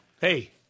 hey